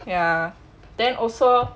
ya then also